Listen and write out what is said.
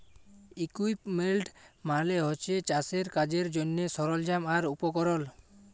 equipment মালে হছে চাষের কাজের জ্যনহে সরল্জাম আর উপকরল